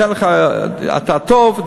אתה טוב,